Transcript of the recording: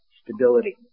stability